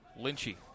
Lynchy